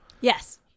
Yes